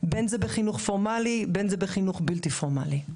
בין אם זה בחינוך פורמלי ובין אם זה בחינוך בלתי פורמלי.